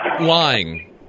lying